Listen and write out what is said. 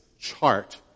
chart